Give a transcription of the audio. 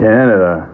Canada